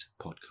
podcast